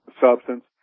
substance